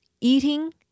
eating